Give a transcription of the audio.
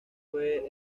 fue